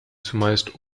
zumeist